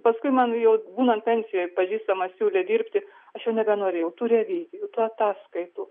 paskui man jau būnant pensijoj pažįstamas siūlė dirbti aš jau nebenorėjau tų revizijų tų ataskaitų